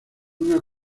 una